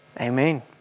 Amen